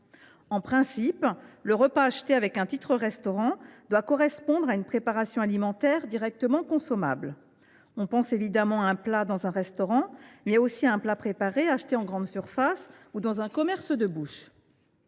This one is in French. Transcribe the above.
En principe, le repas acheté avec un titre restaurant doit correspondre à une préparation alimentaire directement consommable. On pense évidemment à un plat servi dans un restaurant, mais aussi à un plat préparé, acheté en grande surface ou dans un commerce de bouche.